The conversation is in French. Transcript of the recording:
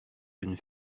jeune